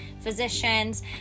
physicians